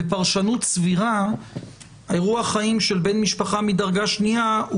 בפרשנות סבירה אירוע חיים של בן משפחה מדרגה שנייה הוא